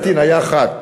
אתי, נייחַת.